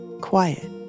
quiet